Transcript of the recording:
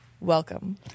Welcome